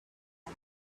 who